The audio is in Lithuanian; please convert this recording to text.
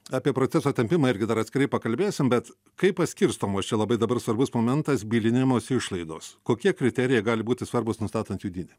apie proceso tempimą irgi dar atskirai pakalbėsim bet kaip paskirstomos čia labai dabar svarbus momentas bylinėjimosi išlaidos kokie kriterijai gali būti svarbūs nustatant jų dydį